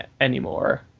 anymore